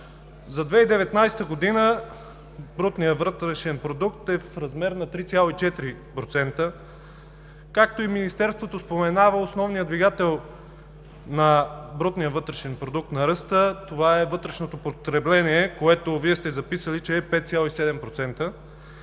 за 2019 г. брутният вътрешен продукт е в размер на 3,4%. Както и Министерството споменава, основният двигател на брутния вътрешен продукт – на ръста, това е вътрешното потребление, което Вие сте записали, че е 5,7%.